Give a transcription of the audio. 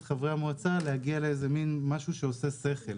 חברי המועצה להגיע למין משהו שעושה שכל.